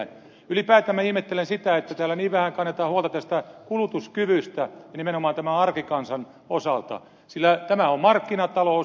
ylipäätään minä ihmettelen sitä että täällä niin vähän kannetaan huolta tästä kulutuskyvystä nimenomaan tämän arkikansan osalta sillä tämä on markkinatalous